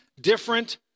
different